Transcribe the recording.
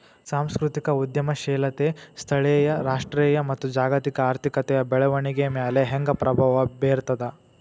ಸಾಂಸ್ಕೃತಿಕ ಉದ್ಯಮಶೇಲತೆ ಸ್ಥಳೇಯ ರಾಷ್ಟ್ರೇಯ ಮತ್ತ ಜಾಗತಿಕ ಆರ್ಥಿಕತೆಯ ಬೆಳವಣಿಗೆಯ ಮ್ಯಾಲೆ ಹೆಂಗ ಪ್ರಭಾವ ಬೇರ್ತದ